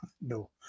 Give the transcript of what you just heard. No